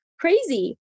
crazy